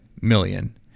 million